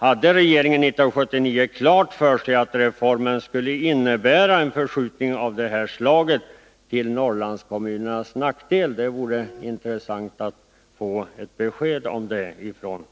Hade regeringen 1979 klart för sig att reformen skulle innebära en förskjutning av det här slaget till Norrlandskommunernas nackdel? Det vore intressant att få ett besked om det från